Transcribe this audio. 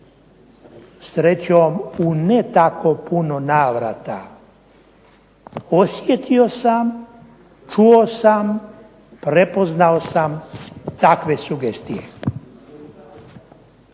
srećom u ne tako puno navrata osjetio sam, čuo sam, prepoznao sam takve sugestije.